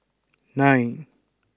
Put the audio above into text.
nine